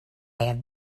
have